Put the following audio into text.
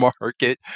market